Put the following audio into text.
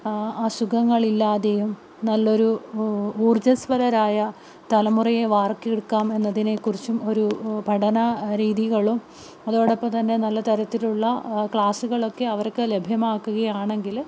അസുഖങ്ങളില്ലാതെയും നല്ലൊരു ഊർജ്ജം ഊർജസ്വരമായ തലമുറയെ വാർത്തെടുക്കാം എന്നതിനെക്കുറിച്ചും ഒരു പഠന രീതികളും അതോടൊപ്പം തന്നെ നല്ല തരത്തിലുള്ള ക്ലാസ്സുകളൊക്കെ അവർക്ക് ലഭ്യമാക്കുകയാണെങ്കിൽ